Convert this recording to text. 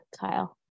kyle